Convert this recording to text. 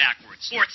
backwards